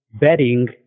bedding